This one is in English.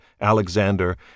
Alexander